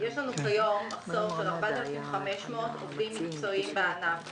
שיש לנו כיום מחסור של 4,500 עובדים מקצועיים בענף.